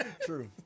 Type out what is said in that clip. True